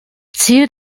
ziel